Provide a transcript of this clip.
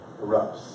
erupts